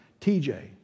TJ